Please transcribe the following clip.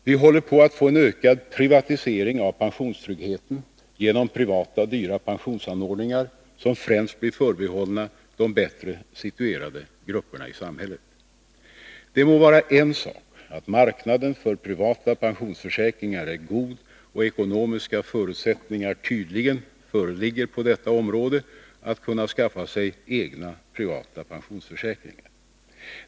Vi håller på att få en ökad privatisering av pensionstryggheten genom privata och dyra pensionsanordningar, som främst blir förbehållna de bättre situerade grupperna i samhället. Det må vara en sak att marknaden för privata pensionsförsäkringar är god och ekonomiska förutsättningar tydligen föreligger på detta område att kunna skaffa sig egna privata pensionsförsäkringar.